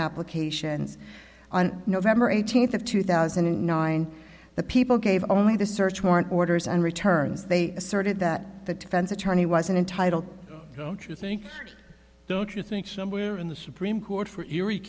applications on november eighteenth of two thousand and nine the people gave only the search warrant orders and returns they asserted that the defense attorney wasn't entitle don't you think don't you think somewhere in the supreme court for erie